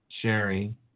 Sherry